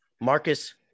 Marcus